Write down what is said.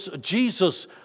Jesus